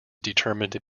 determined